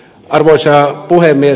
arvoisa puhemies